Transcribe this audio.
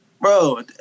bro